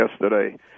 yesterday